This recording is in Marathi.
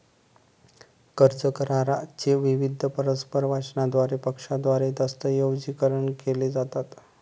कर्ज करारा चे विविध परस्पर वचनांद्वारे पक्षांद्वारे दस्तऐवजीकरण केले जातात